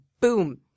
boom